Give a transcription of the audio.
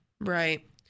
Right